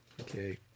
Okay